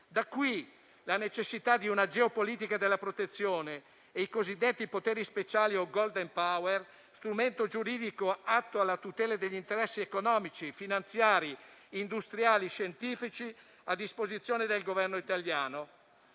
la necessità di una geopolitica della protezione e dei cosiddetti poteri speciali, o *golden power,* strumento giuridico atto alla tutela degli interessi economici, finanziari, industriali e scientifici a disposizione del Governo italiano.